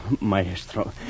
Maestro